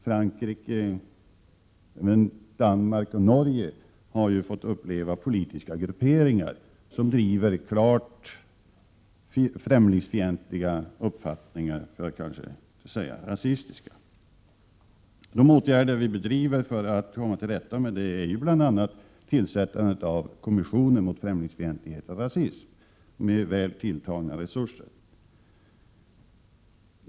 Frankrike och även Danmark och Norge har ju fått politiska grupperingar som driver klart främlingsfientliga, för att inte säga rasistiska uppfattningar. En av de åtgärder som vi vidtar för att komma till rätta med detta är tillsättandet av kommissioner mot främlingsfientlighet och rasism, vilka får väl tilltagna resurser.